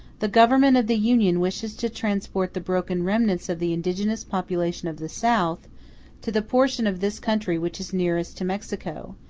the government of the union wishes to transport the broken remnants of the indigenous population of the south to the portion of this country which is nearest to mexico,